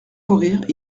courir